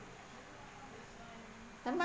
never mind